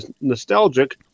nostalgic